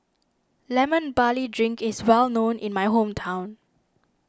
Lemon Barley Drink is well known in my hometown